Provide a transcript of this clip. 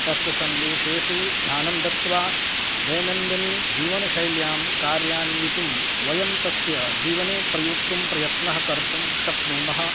तस्य सन्देशेषु ध्यानं दत्वा दैनन्दिनजीवनशैल्यां कार्यान्वितं वयं तस्य जीवने प्रयोक्तुं प्रयत्नं कर्तुं शक्नुमः